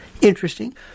Interesting